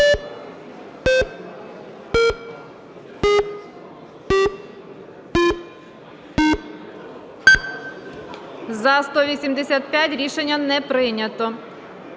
За-185 Рішення не прийнято.